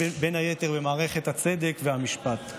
בין היתר במערכת הצדק והמשפט.